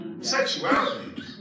sexuality